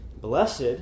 Blessed